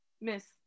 miss